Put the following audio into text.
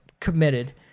committed